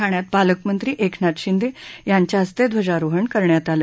ठाण्यात पालकमंत्री एकनाथ शिंदे यांच्या हस्ते ध्वजारोहण झालं